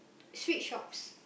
street shops